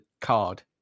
card